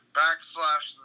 backslash